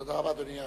תודה רבה, אדוני.